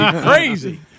Crazy